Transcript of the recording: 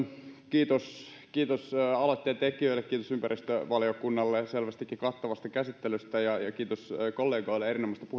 kiitos kiitos aloitteen tekijöille kiitos ympäristövaliokunnalle selvästikin kattavasta käsittelystä ja ja kiitos kollegoille erinomaisista